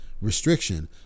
restriction